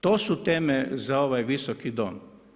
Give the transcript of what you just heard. To su teme za ovaj Visoki dom.